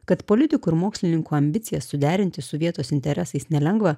kad politikų ir mokslininkų ambicijas suderinti su vietos interesais nelengva